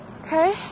Okay